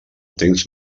temps